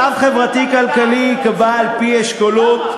מצב חברתי-כלכלי ייקבע על-פי אשכולות,